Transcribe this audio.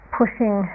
pushing